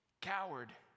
coward